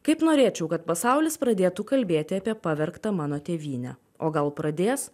kaip norėčiau kad pasaulis pradėtų kalbėti apie pavergtą mano tėvynę o gal pradės